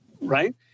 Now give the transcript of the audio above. right